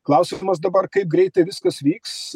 klausimas dabar kaip greitai viskas vyks